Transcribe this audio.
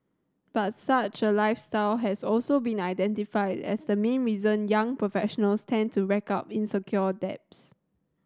but such a lifestyle has also been identified as the main reason young professionals tend to rack up unsecured debts